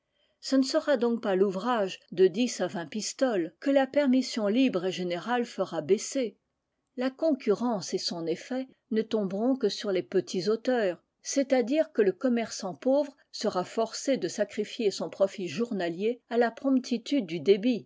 ce ne sera donc pas l'ouvrage de dix à vingt pistoles que la permission libre et générale fera baisser la concurrence et son effet ne tomberont que sur les petits auteurs c'est-à-dire que le commerçant pauvre sera forcé de sacrifier son profit journalier à la promptitude du débit